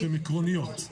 שהן עקרוניות.